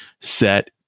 set